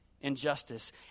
injustice